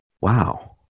wow